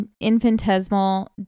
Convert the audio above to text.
infinitesimal